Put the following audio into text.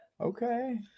Okay